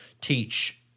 teach